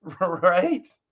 Right